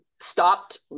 stopped